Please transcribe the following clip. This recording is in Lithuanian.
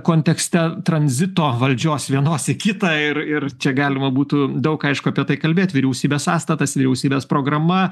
kontekste tranzito valdžios vienos į kitą ir ir čia galima būtų daug aišku apie tai kalbėt vyriausybės sąstatas vyriausybės programa